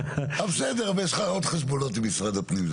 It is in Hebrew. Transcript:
אבל, בסדר, יש לך עוד חשבונות עם משרד הפנים.